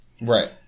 Right